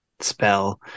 Spell